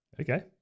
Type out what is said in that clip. Okay